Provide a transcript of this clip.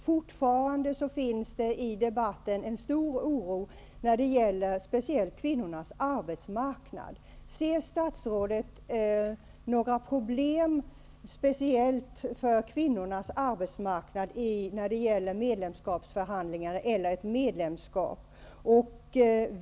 Fortfarande finns det en stor oro i debatten när det gäller kvinnornas arbetsmarknad. Anser statsrådet att det finns några problem med kvinnornas arbetsmarknad i förhandlingarna om ett medlemskap?